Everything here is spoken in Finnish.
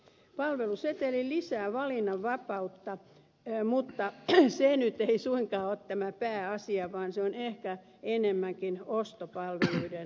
palveluseteli lisää valinnanvapautta mutta se nyt ei suinkaan ole pääasia vaan se on ehkä enemmänkin ostopalveluiden korvike